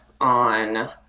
on